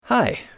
Hi